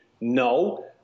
no